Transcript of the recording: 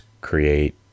create